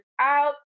out